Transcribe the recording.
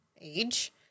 age